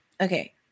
Okay